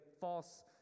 false